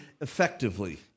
effectively